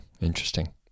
interesting